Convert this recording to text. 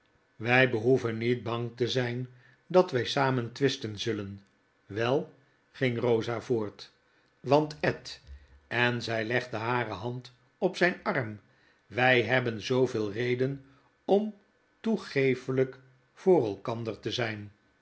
wfl behoeven niet bang te zyn dat wj samen twisten zullen wel ging rosa voort want ed en zg legde hare hand op p zijn arm wfl hebben zooveel reden om toegefelp voor elkander te zynl